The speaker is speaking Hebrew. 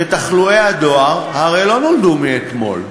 ותחלואי הדואר הרי לא נולדו אתמול.